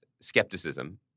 skepticism